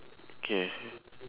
okay